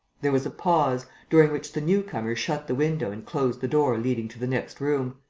there was a pause, during which the newcomer shut the window and closed the door leading to the next room.